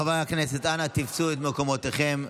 חברי הכנסת, אנא תפסו את מקומותיכם.